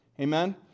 amen